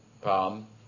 palm